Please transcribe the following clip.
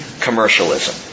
commercialism